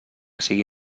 sigui